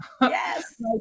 Yes